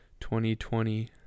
2020